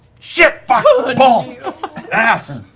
shit fuck balls ass.